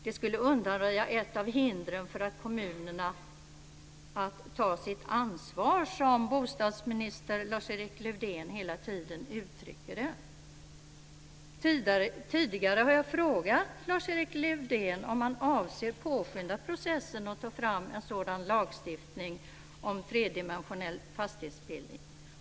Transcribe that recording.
Det skulle undanröja ett av hindren för kommunerna att ta sitt ansvar, som bostadsminister Lars-Erik Lövdén hela tiden uttrycker det. Tidigare har jag frågat Lars Erik Lövdén om han avser att påskynda processen och ta fram en sådan lagstiftning om tredimensionell fastighetsbildning.